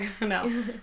No